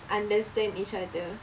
understand each other